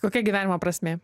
kokia gyvenimo prasmė